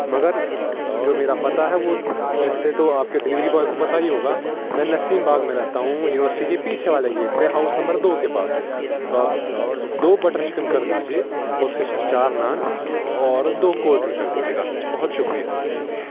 مگر جو میرا پتا ہے وہ ویسے تو آپ کے ڈلیوری بوائے کو پتا ہی ہوگا میں نسیم باغ میں رہتا ہوں یونیورسٹی کے پیچھے والے گیٹ پہ ہاؤس نمبر دو کے پاس تو آپ دو بٹر چکن کر دیجیے اور اس کے ساتھ چار نان اور دو کولڈ رنک کر دیجیے گا بہت شکریہ